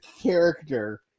character